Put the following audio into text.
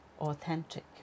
authentic